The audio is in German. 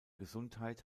gesundheit